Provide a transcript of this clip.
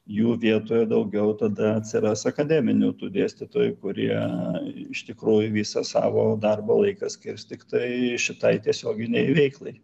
jų vietoje daugiau tada atsiras akademinių tų dėstytojų kurie iš tikrųjų visą savo darbo laiką skirs tiktai šitai tiesioginei veiklai